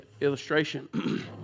illustration